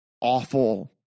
awful